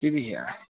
TV यहाँ